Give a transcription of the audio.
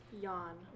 Yawn